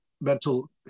mental